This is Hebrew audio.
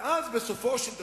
ואז, בסופו של דבר,